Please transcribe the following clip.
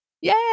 Yay